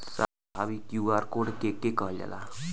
साहब इ QR code के के कहल जाला?